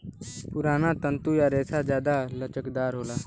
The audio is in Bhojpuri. पुराना तंतु या रेसा जादा लचकदार होला